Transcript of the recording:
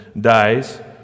dies